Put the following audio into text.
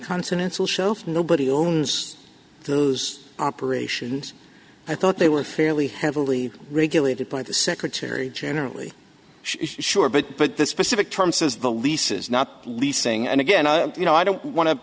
continental shelf nobody owns those operations i thought they were fairly heavily regulated by the secretary generally sure but but this specific term says the leases not leasing and again you know i don't want to